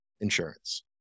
insurance